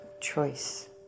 choice